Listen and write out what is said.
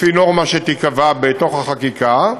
לפי נורמה שתיקבע בתוך החקיקה,